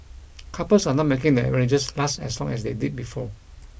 couples are not making their marriages last as long as they did before